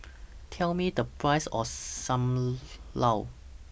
Tell Me The Price of SAM Lau